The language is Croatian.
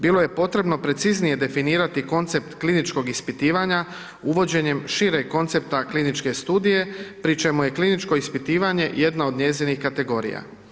Bilo je potrebno preciznije definirati koncept kliničkog ispitivanja uvođenjem šireg koncepta kliničke studije pri čemu je kliničko ispitivanje jedna od njezinih kategorija.